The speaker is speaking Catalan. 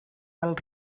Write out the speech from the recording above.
del